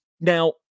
now